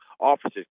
officers